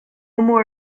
more